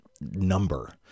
number